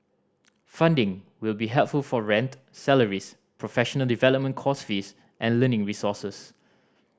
funding will be helpful for rent salaries professional development course fees and learning resources